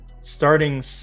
Starting